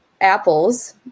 apples